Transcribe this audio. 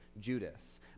Judas